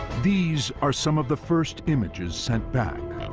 these are some of the first images sent back.